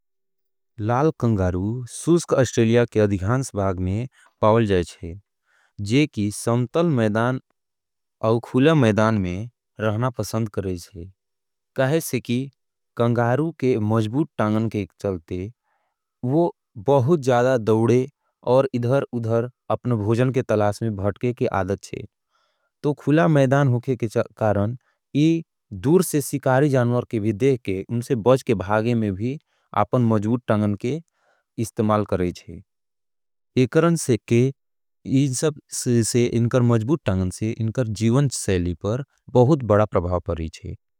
लाल kangaroo सूस्क Australia के अधिखान्स भाग में पावल जाएच्छे जे की समतल मैदान और खूला मैदान में रहना पसंद करेच्छे काहिसे की कंगारू के मजबूत टाँगन के चलते वो बहुत ज़्यादा दोडे और इधर उधर अपन भोजन के तलास में भटके के आदत शे तो खूला मैदान होके के कारण इ दूर से सिकारी जानवर के भी देखे उनसे बच के भागे में भी आपन मजबूत टाँगन के इस्तेमाल करेच्छे एकरण से के इनकर मजबूत टाँगन से इनकर जीवन शैली पर बहुत बड़ा प्रभापर ही चे।